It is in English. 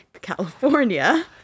California